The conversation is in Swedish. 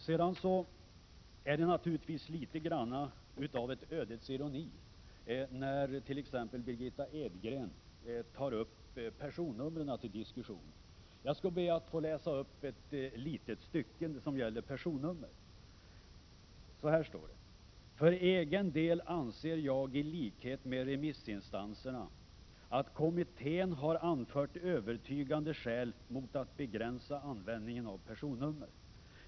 Sedan är det naturligtvis litet grand av en ödets ironi när t.ex. Margitta Edgren tar upp personnumren till diskussion. Jag skall be att få läsa upp ett litet stycke som gäller personnummer: ”För egen del anser jag i likhet med remissinstanserna att kommittén har anfört övertygande skäl mot att begränsa användningen av personnummer.